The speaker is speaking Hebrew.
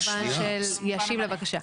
זה במובן של ישיב לבקשה.